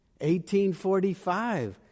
1845